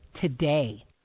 today